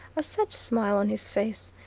a set smile on his face,